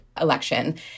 election